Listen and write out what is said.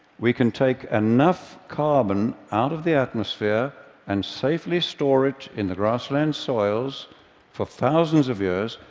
we can take enough carbon out of the atmosphere and safely store it in the grassland soils for thousands of years,